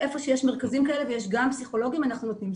ואיפה שיש מרכזים כאלה ויש גם פסיכולוגים אנחנו נותנים.